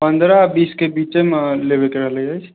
पन्द्रह बीसके बीचेमे लेबेके रहले अछि